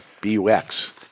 B-U-X